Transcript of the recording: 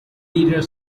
leader